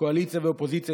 קואליציה ואופוזיציה,